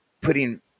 putting